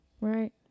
Right